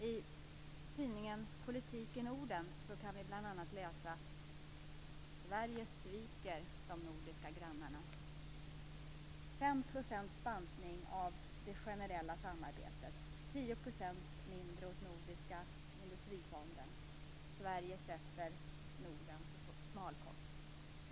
I tidningen Politik i Norden kan vi bl.a. läsa att Sverige sviker sina nordiska grannar. Där står följande: "Fem procent bantning av generella samarbetet. Tio procent mindre åt Nordiska Industrifonden. Sverige sätter Norden på smalkost."